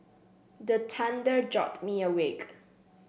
the thunder jolt me awake